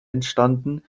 entstanden